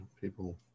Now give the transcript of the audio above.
people